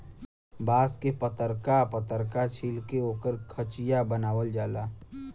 बांस के पतरका पतरका छील के ओकर खचिया बनावल जाला